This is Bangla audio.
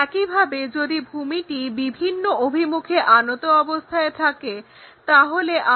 একইভাবে যদি ভূমিটি বিভিন্ন অভিমুখে আনত অবস্থায় থাকে তাহলে আমরা এই ধরনের একটা ভিউ পাবো